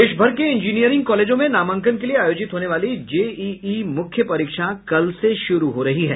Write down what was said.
देश भर के इंजीनियरिंग कॉलेजों में नामांकन के लिये आयोजित होने वाली जेईई मुख्य परीक्षा कल से शुरू हो रही है